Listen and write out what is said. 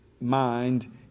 mind